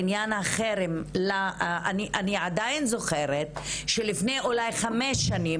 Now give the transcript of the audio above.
בעניין החרם אני עדיין זוכרת שלפני אולי חמש שנים,